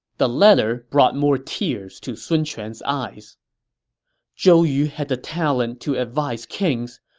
the letter brought more tears to sun quan's eyes zhou yu had the talent to advise kings,